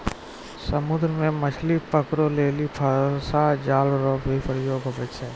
समुद्र मे मछली पकड़ै लेली फसा जाल रो भी प्रयोग हुवै छै